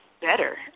better